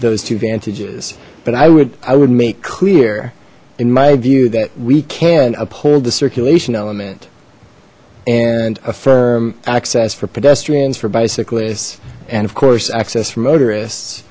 those two vantage's but i would i would make clear in my view that we can uphold the circulation element and affirm access for pedestrians for bicyclists and of course access for motorists